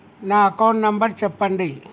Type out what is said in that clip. నా account number చెప్పండి?